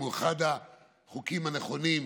זהו אחד החוקים הנכונים,